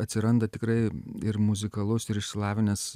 atsiranda tikrai ir muzikalus ir išsilavinęs